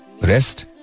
Rest